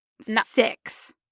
six